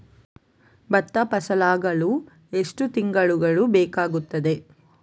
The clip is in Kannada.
ಭತ್ತ ಫಸಲಾಗಳು ಎಷ್ಟು ತಿಂಗಳುಗಳು ಬೇಕಾಗುತ್ತದೆ?